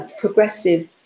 progressive